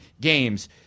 games